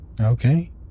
Okay